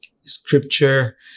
scripture